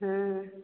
ହଁ